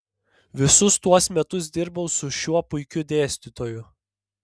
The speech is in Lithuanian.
visus tuos metus dirbau su šiuo puikiu dėstytoju